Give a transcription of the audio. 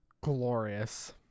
Glorious